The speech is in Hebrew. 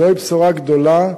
זוהי בשורה גדולה,